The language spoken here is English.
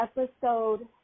Episode